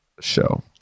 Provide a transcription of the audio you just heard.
show